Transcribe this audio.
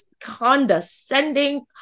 condescending